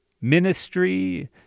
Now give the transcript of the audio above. ministry